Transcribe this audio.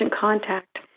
contact